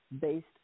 based